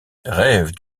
rêve